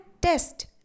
test